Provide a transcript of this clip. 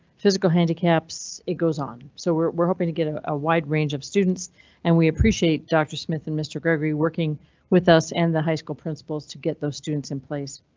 physical handicaps. it goes on, so we're we're hoping to get a ah wide range of students and we appreciate dr smith and mr gregory working with us and the high school principals to get those students in place.